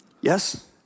yes